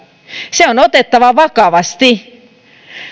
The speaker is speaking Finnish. se on otettava vakavasti